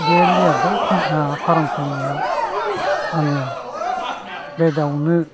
बे लियार दाउ फार्म खुलिनायाव आङो बे दाउनो